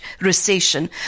recession